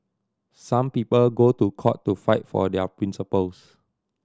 some people go to court to fight for their principles